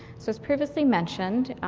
so as previously mentioned,